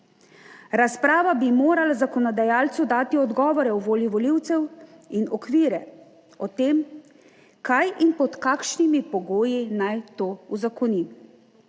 Razprava bi morala zakonodajalcu dati odgovore o volji volivcev in okvire o tem, kaj in pod kakšnimi pogoji naj to uzakoni.